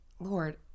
Lord